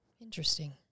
Interesting